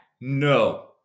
no